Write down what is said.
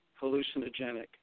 hallucinogenic